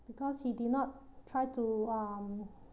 because he did not try to um